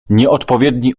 nieodpowiedni